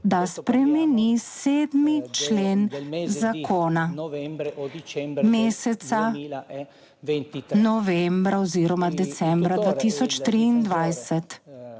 da spremeni 7. člen zakona meseca novembra oziroma decembra 2023.